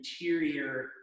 interior